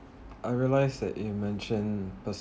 i realise that you mention pers~